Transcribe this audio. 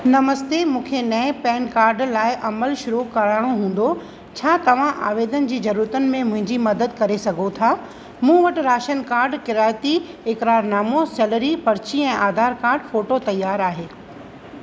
नमस्ते मूंखे नये pan card लाइ अमल शुरू कारिणो हूंदो छा तव्हां आवेदन जी जरूरतुनि में मुंहिंजी मदद करे सघो था मूं वटि राशन कार्ड किराइती इक़रारनामो सैलरी पर्ची ऐं आधार कार्ड फोटो तयार आहे